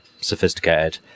sophisticated